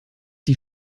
die